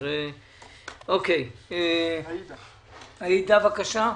עאידה, בבקשה.